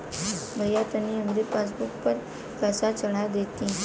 भईया तनि हमरे पासबुक पर पैसा चढ़ा देती